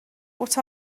what